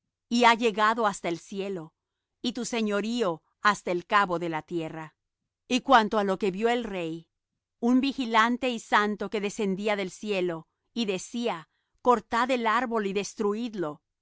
y ha llegado hasta el cielo y tu señorío hasta el cabo de la tierra y cuanto á lo que vió el rey un vigilante y santo que descendía del cielo y decía cortad el árbol y destruidlo mas